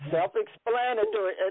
Self-explanatory